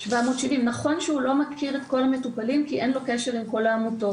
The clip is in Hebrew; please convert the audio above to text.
770 נכון שהוא לא מכיר את כל המטופלים כי אין לו קשר עם כל העמותות,